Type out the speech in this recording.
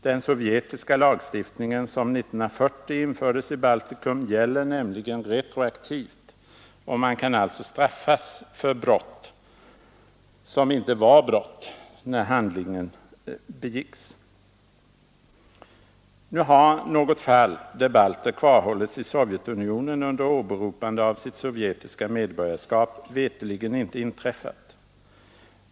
Den sovjetiska lagstiftning som 1940 infördes i Baltikum gäller nämligen retroaktivt, och man kan alltså straffas för ”brott” som inte var brott när handlingen begicks. Nu har något fall, där balter kvarhållits i Sovjetunionen under åberopande av sitt sovjetiska medborgarskap, veterligen inte inträffat.